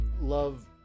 love